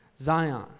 Zion